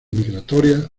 migratorias